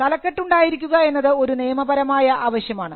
തലക്കെട്ട് ഉണ്ടായിരിക്കുക എന്നത് ഒരു നിയമപരമായ ആവശ്യമാണ്